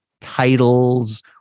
titles